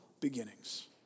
beginnings